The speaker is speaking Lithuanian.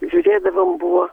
žiūrėdavom buvo